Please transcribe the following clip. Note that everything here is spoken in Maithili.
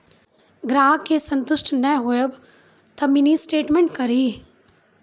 ग्राहक के संतुष्ट ने होयब ते मिनि स्टेटमेन कारी?